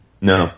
No